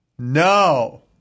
No